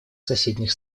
соседних